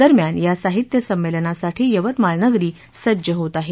दरम्यान या साहित्यसंमेलनासाठी यवतमाळनगरी सज्ज होत आहे